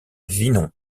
vinon